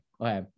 Okay